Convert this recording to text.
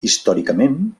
històricament